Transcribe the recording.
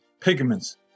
pigments